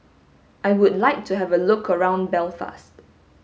I would like to have a look around Belfast